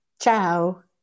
Ciao